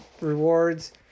rewards